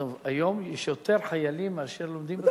היום יש יותר חיילים מאשר לומדים בספר.